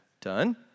done